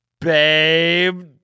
babe